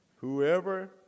Whoever